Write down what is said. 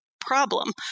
problem